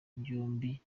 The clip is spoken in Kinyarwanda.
byombi